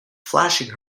flashing